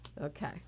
okay